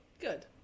Good